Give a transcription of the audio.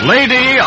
Lady